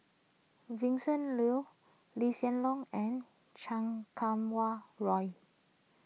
Vincent Leow Lee Hsien Loong and Chan Kum Wah Roy